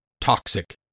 toxic